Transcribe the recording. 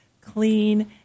clean